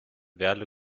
werle